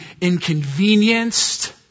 inconvenienced